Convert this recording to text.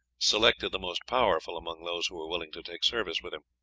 selected the most powerful among those who were willing to take service with him.